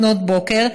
לפנות בוקר,